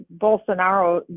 Bolsonaro